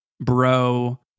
bro